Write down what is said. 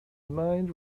mind